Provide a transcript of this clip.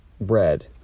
bread